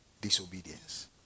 disobedience